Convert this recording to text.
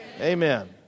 Amen